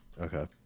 Okay